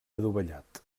adovellat